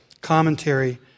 commentary